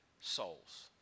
souls